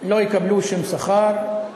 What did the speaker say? לא יקבלו שום שכר,